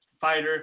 fighter